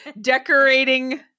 decorating